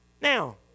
Now